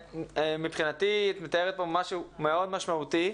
מבחינתי את מתארת משהו מאוד משמעותי.